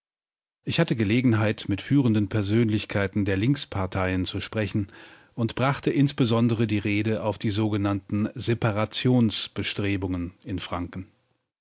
ich hatte gelegenheit mit führenden persönlichkeiten der linksparteien zu sprechen und brachte insbesondere die rede auf die sogenannten separationsbestrebungen in franken